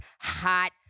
hot